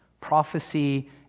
prophecy